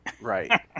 Right